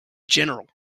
general